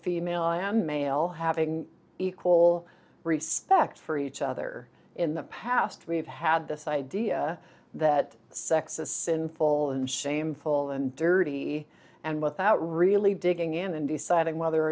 female i am male having equal respect for each other in the past we've had this idea that sex is sinful and shameful and dirty and without really digging in and deciding whether